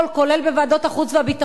כולל בישיבות ועדת החוץ והביטחון,